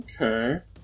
Okay